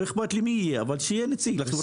לא אכפת לי מי אבל שיהיה נציג לחברה הערבית.